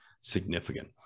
significant